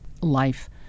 life